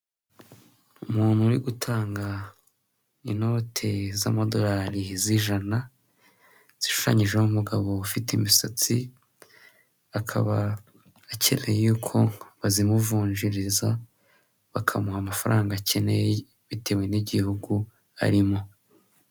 Umuntu uri gutanga inote z'amadolari z' ijana zishushanyijeho umugabo ufite imisatsi akaba akeneye ko bazimuvunjiriza bakamuha amafaranga akeneye bitewe n'igihugu arimo.